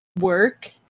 work